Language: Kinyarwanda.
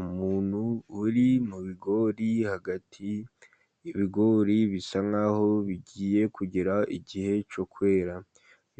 Umuntu uri mu bigori hagati. Ibigori bisa nk'aho bigiye kugera igihe cyo kwera.